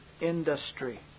industry